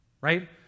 right